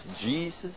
Jesus